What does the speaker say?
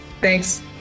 Thanks